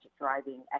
driving